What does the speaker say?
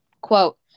Quote